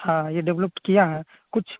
हाँ ये डेवलप्ड किया है कुछ